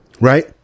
right